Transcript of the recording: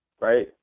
right